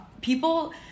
people